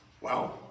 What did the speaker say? wow